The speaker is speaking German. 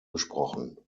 gesprochen